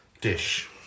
dish